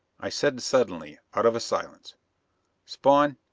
i said suddenly, out of a silence spawn,